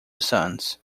sons